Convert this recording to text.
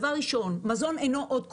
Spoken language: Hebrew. דבר ראשון, מזון הוא לא עוד מוצר.